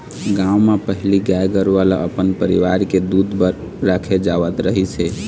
गाँव म पहिली गाय गरूवा ल अपन परिवार के दूद बर राखे जावत रहिस हे